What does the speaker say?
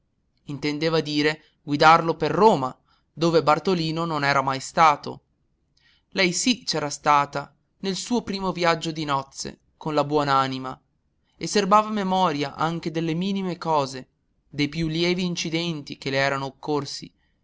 intendeva dire guidarlo per roma dove bartolino non era mai stato lei sì c'era stata nel suo primo viaggio di nozze con la buon'anima e serbava memoria anche delle minime cose dei più lievi incidenti che le erano occorsi